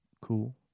Cool